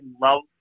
love